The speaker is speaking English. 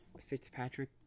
Fitzpatrick